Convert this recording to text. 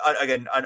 again